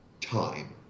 time